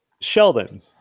Sheldon